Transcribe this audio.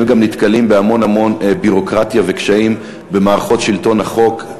הן גם נתקלות בהמון ביורוקרטיה וקשיים במערכות שלטון החוק,